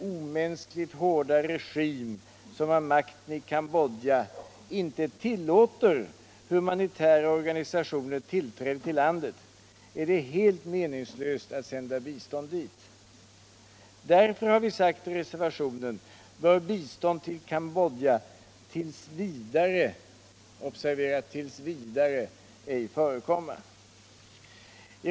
omänskligt hårda regim som nu har makten i Cambodja inte tillåter humanitära organisationer tillträde till landet är det helt meningslöst att sända biståndet dit. Därför, har vi sagt i reservationen, bör bistånd till Cambodja tills vidare — observera tills vidare — ej förekomma.